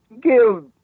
give